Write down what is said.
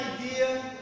idea